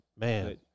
man